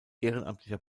ehrenamtlicher